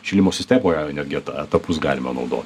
šildymo sistemoje netgi eta etapus galima naudot